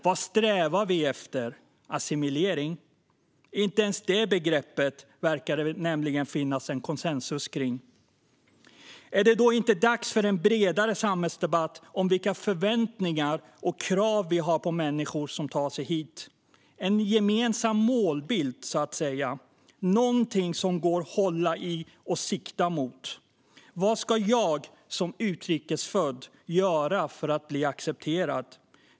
Vad strävar vi efter - assimilering? Inte ens det begreppet verkar det nämligen finnas konsensus kring. Är det inte dags för en bredare samhällsdebatt om vilka förväntningar och krav vi har på människor som tar sig hit så att vi har en gemensam målbild, någonting som går att hålla i och sikta mot? Vad ska jag som utrikesfödd göra för att bli accepterad?